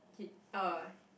he uh